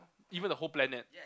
even the whole planet